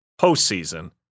postseason